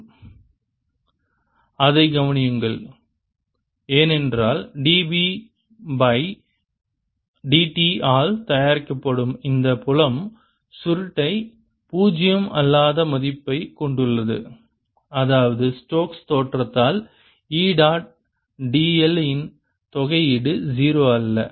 rt 14πBr∂t×r rr r3dV அதைக் கவனியுங்கள் ஏனென்றால் dB பை dt ஆல் தயாரிக்கப்படும் இந்த புலம் சுருட்டை பூஜ்ஜியம் அல்லாத மதிப்பை ஐ கொண்டுள்ளது அதாவது ஸ்டோக்ஸ் Stokes' தேற்றத்தால் E டாட் dl இன் தொகையீடு 0 அல்ல